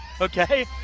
Okay